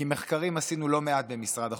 כי מחקרים עשינו לא מעט במשרד החוץ,